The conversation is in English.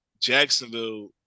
Jacksonville